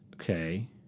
Okay